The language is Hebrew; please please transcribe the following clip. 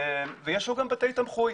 ויש בו גם בתי תמחוי.